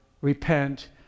Repent